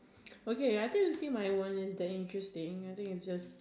okay I think my one is that interesting I think is just